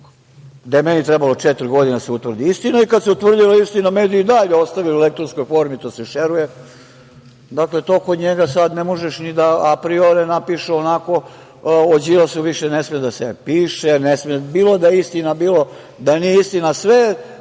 gde je meni trebalo četiri godine da se utvrda istina i kada se utvrdila istina mediji i dalje ostavili u elektronskoj formi, to se šeruje, dakle, to kod njega sada ne možeš ni da apriore napišu onako, o Đilasu više ne sme da se piše, bilo da je istina, bilo da nije istina.